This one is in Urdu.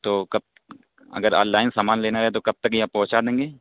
تو کب اگر آن لائن سامان لینا رہے تو کب تک یہاں پہنچا دیں گے